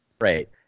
Right